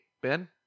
Ben